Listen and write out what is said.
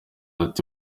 ati